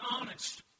honest